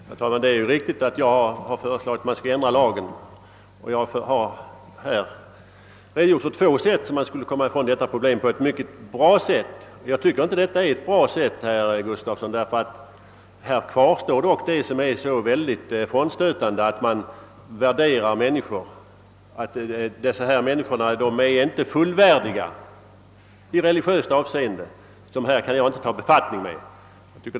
Herr talman! Det är riktigt att jag ofta föreslagit ändringar av lagar och jag har också redogjort för två bra sätt att i det nu aktuella fallet komma ifrån problemet. Jag tycker inte, herr Gustafson i Göteborg, att reservationen förordar en god lösning, ty kvar står ju det synnerligen frånstötande att de frånskilda värderas såsom inte fullvärdiga i religiöst avseende och att det därför inte går att ta befattning med dem.